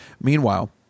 Meanwhile